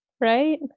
Right